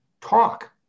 talk